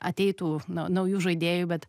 ateitų na naujų žaidėjų bet